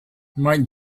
might